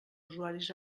usuaris